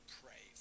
pray